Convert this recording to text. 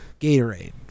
Gatorade